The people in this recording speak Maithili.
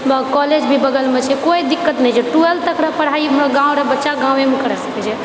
कॉलेज भी बगलमे छै कोइ दिक्कत नहि छै ट्वेल्थ तकके पढ़ाइ गाँवके बच्चा गाँवमे करि सकैछे